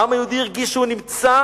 העם היהודי הרגיש שהוא נמצא,